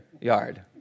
yard